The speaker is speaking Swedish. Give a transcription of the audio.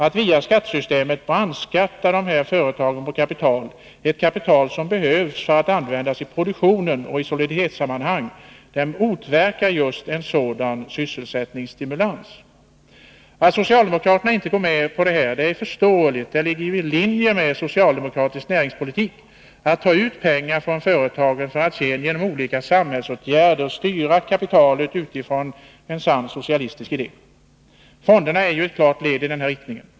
Att via skattesystemet brandskatta dessa företag på kapital, som behövs för att användas i produktionen och i soliditetssammanhang, motarbetar just en sådan sysselsättningsstimulans. Att socialdemokraterna inte går med på de åtgärder det här gäller är förståeligt. Det ligger ju i linje med socialdemokratisk näringspolitik att ta ut pengar från företagen för att sedan genom olika samhällsåtgärder styra kapitalet utifrån en sann socialistisk idé. Fonderna är ju ett klart led i denna riktning.